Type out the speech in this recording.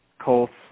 Colts